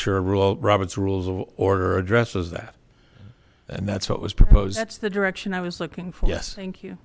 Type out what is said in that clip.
sure rule out robert's rules of order addresses that and that's what was proposed that's the direction i was looking for yes thank you